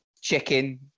chicken